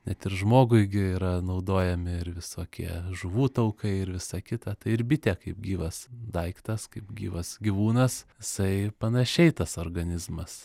net ir žmogui gi yra naudojami ir visokie žuvų taukai ir visa kita tai ir bitė kaip gyvas daiktas kaip gyvas gyvūnas jisai panašiai tas organizmas